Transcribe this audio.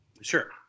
Sure